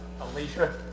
Alicia